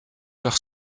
leurs